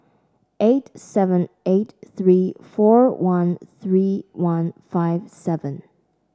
eight seven eight three four one three one five seven